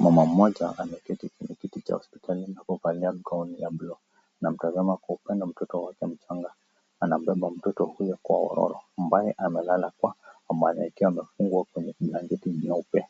Mama mmoja ameketi kwenye kiti cha hospitalini na kuvalia gauni ya bluu. Anamtazama kwa upendo mtoto wake mchanga. Anabeba mtoto huyu kwa uporo ambaye amelala kwa amani akiwa amefungwa kwenye blanketi nyeupe.